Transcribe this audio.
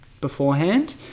beforehand